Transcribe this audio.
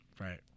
Right